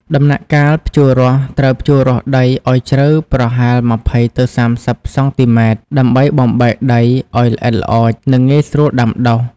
ដំណាក់កាលភ្ជួររាស់ត្រូវភ្ជួររាស់ដីឱ្យជ្រៅប្រហែល ២០ ទៅ ៣០ សង់ទីម៉ែត្រ ដើម្បីបំបែកដីឱ្យល្អិតល្អោច និងងាយស្រួលដាំដុះ។